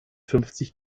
fünfzig